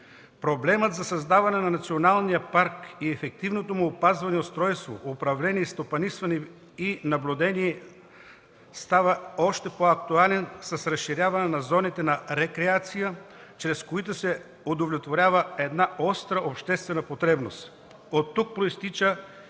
Проблемът за създаване на националния парк и ефективното му опазване, устройство, управление, стопанисване и наблюдение става още по актуален с разширяване на зоните на рекреация, чрез които се удовлетворява остра обществена потребност. Оттук произтича